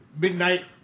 midnight